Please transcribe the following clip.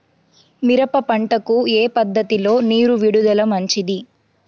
మిరప పంటకు ఏ పద్ధతిలో నీరు విడుదల మంచిది?